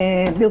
בבקשה.